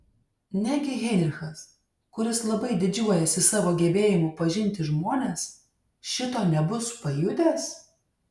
negi heinrichas kuris labai didžiuojasi savo gebėjimu pažinti žmones šito nebus pajutęs